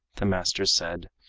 the master said.